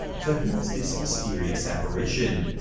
so who is this mysterious apparition?